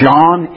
John